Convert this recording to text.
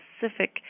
specific